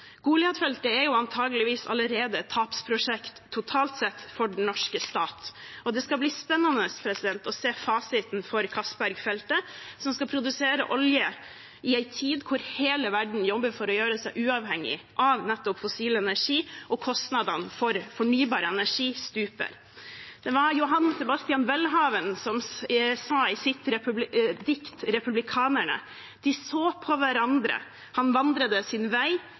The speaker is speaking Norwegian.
antageligvis allerede et tapsprosjekt totalt sett for den norske stat, og det skal bli spennende å se fasiten for Johan Castberg-feltet, som skal produsere olje i en tid da hele verden jobber for å gjøre seg uavhengig av nettopp fossil energi, og kostnadene for fornybar energi stuper. Johan Sebastian Welhaven sa i sitt dikt «Republikanerne»: «De saa paa hverandre. Han vandred sin Vei.